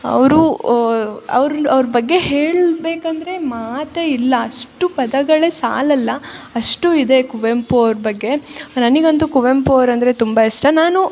ಅವರು ಅವ್ರ ಅವ್ರ ಬಗ್ಗೆ ಹೇಳಬೇಕಂದ್ರೆ ಮಾತೇ ಇಲ್ಲ ಅಷ್ಟು ಪದಗಳೇ ಸಾಲೋಲ್ಲ ಅಷ್ಟು ಇದೆ ಕುವೆಂಪು ಅವ್ರ ಬಗ್ಗೆ ನನಗಂತು ಕುವೆಂಪು ಅವ್ರಂದರೆ ತುಂಬ ಇಷ್ಟ ನಾನು